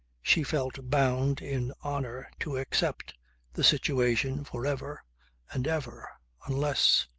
she felt bound in honour to accept the situation for ever and ever unless.